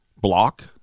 Block